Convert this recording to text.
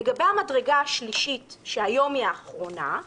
לגבי המדרגה השלישית, שהיום היא האחרונה,